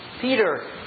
Peter